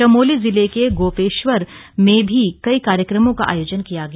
चमोली जिले के गोपेश्वर में भी कई कार्यक्रमों का आयोजन किया गया